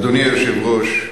אדוני היושב-ראש,